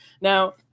Now